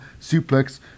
suplex